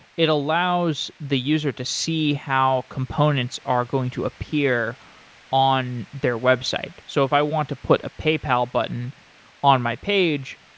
it allows the user to see how components are going to appear on their website. so if i want to put a paypal button on my page,